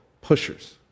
pushers